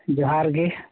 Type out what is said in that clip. ᱡᱚᱦᱟᱨ ᱜᱮ